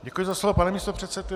Děkuji za slovo, pane místopředsedo.